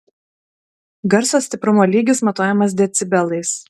garso stiprumo lygis matuojamas decibelais